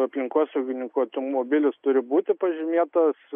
aplinkosaugininkų automobilis turi būti pažymėtas